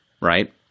Right